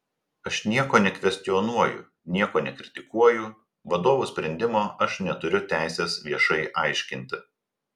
aš nieko nekvestionuoju nieko nekritikuoju vadovų sprendimo aš neturiu teisės viešai aiškinti